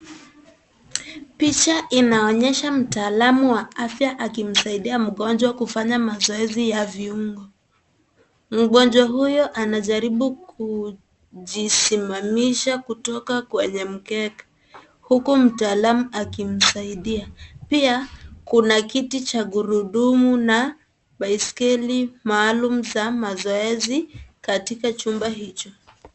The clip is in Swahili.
Picha inaonyesha mtaalamu wa afya akimsaidia mgonjwa kufanya mazoezi ya viungo, mgonjwa huyo anajaribu kujisimamisha kutoka kwenye mkeka huku mtaalamu akimsaidia pia kuna kiti cha gurudumu na baiskeli maalum za mazoezi katika chumba hicho.